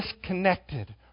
disconnected